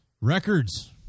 Records